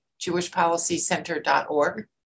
jewishpolicycenter.org